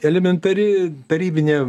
elementari tarybinė